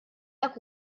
dak